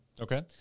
Okay